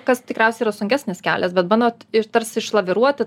kas tikriausiai yra sunkesnis kelias bet bandot tarsi išlaviruoti